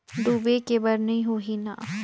डूबे के बर नहीं होही न?